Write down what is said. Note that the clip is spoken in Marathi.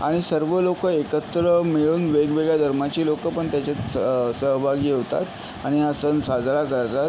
आणि सर्व लोक एकत्र मिळून वेगवेगळ्या धर्माची लोकपण त्याच्यात स सहभागी होतात आणि हा सण साजरा करतात